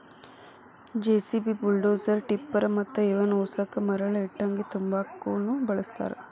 JCB, bulldozer, tipper ಮತ್ತ ಇವನ್ ಉಸಕ ಮರಳ ಇಟ್ಟಂಗಿ ತುಂಬಾಕುನು ಬಳಸ್ತಾರ